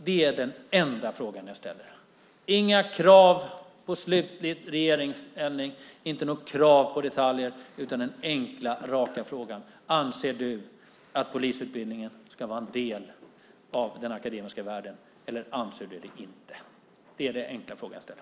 Det är den enda fråga jag ställer. Jag ställer inga krav på slutlig regeringshållning och detaljer. Jag ställer bara den enkla raka frågan: Anser du att polisutbildningen ska vara en del av den akademiska världen eller inte?